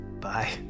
Bye